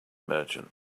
merchant